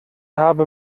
habe